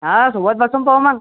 हा सोबत बसून पाहू मग